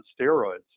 steroids